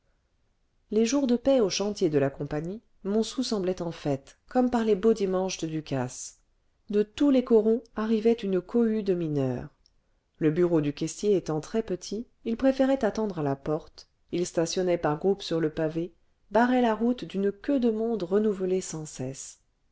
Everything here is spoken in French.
les jours de paie aux chantiers de la compagnie montsou semblait en fête comme par les beaux dimanches de ducasse de tous les corons arrivait une cohue de mineurs le bureau du caissier étant très petit ils préféraient attendre à la porte ils stationnaient par groupes sur le pavé barraient la route d'une queue de monde renouvelée sans cesse